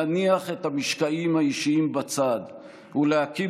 להניח את המשקעים האישיים בצד ולהקים